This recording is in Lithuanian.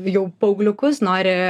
jau paaugliukus nori